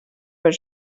par